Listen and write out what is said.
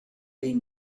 been